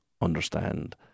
understand